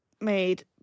made